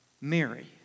Mary